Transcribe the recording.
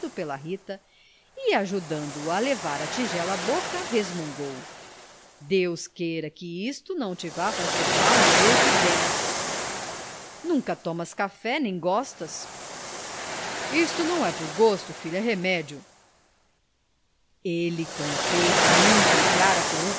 pela rita e ajudando-o a levar a tigela à boca resmungou deus queira que isto não te vá fazer mal em vez de bem nunca tomas café nem gostas isto não é por gosto filha é remédio ele com efeito nunca entrara com